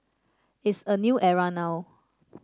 it's a new era now